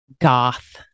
goth